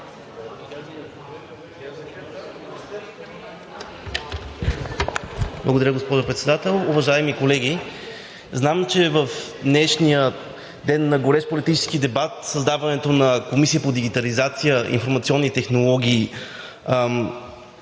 Благодаря, госпожо Председател.